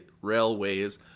railways